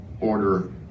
order